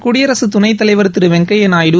குடியரசு துணைத்தலைவர் திரு வெங்கையா நாயுடு